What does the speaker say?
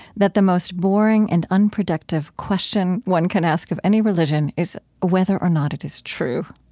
that the most boring and unproductive question one can ask of any religion is whether or not it is true.